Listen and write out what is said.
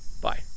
Bye